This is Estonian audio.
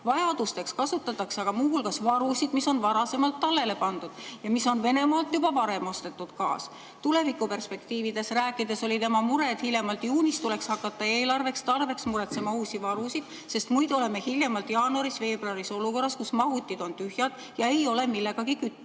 Vajaduste katteks kasutatakse aga muu hulgas varusid, mis on varasemalt tallele pandud – see on Venemaalt juba varem ostetud gaas. Tulevikuperspektiividest rääkides oli tema mure, et hiljemalt juunist tuleks eelolevaks talveks muretseda uusi varusid, sest muidu oleme hiljemalt jaanuaris-veebruaris olukorras, kus mahutid on tühjad ja ei ole millegagi kütta.